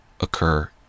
occur